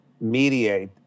mediate